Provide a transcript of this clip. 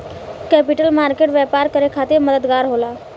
capital market व्यापार करे खातिर मददगार होला